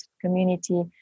community